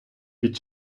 під